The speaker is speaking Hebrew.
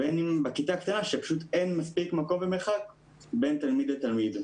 ובין אם בכיתה קטנה שפשוט אין מספיק ומרחק בין תלמיד לתלמיד.